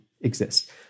exist